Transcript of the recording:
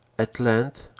at length,